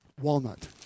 walnut